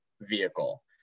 vehicle